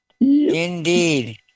indeed